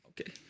Okay